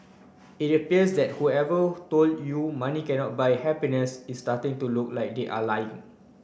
it appears that whoever told you money cannot buy happiness is starting to look like they are lying